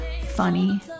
funny